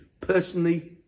Personally